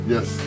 Yes